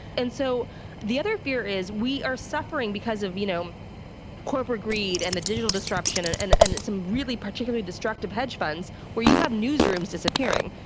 and so the other fear is we are suffering because of you know corporate greed, and the digital disruption and and and it's some really particularly destructive hedge funds where you have newsrooms disappearing.